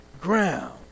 ground